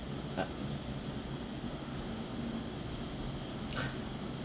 ah